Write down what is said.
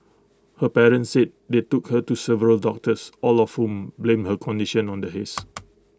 her parents said they took her to several doctors all of whom blamed her condition on the haze